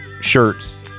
shirts